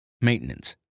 Maintenance